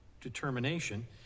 determination